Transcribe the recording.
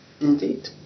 indeed